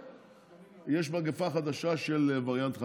ויש מגפה חדשה של וריאנט חדש.